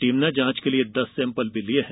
team ने जांच के लिए दस सेम्पल भी लिये हैं